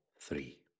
three